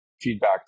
feedback